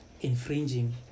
infringing